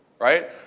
right